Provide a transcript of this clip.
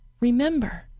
remember